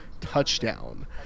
touchdown